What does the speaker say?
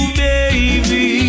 baby